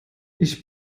ich